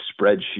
spreadsheet